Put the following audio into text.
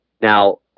now